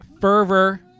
Fervor